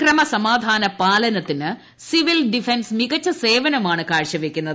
ക്രമസമാധാന പാലനത്തിന് civil defence മികച്ച സേവനമാണ് കാഴ്ച വയ്ക്കുന്നത്